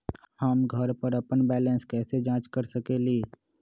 हम घर पर अपन बैलेंस कैसे जाँच कर सकेली?